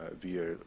via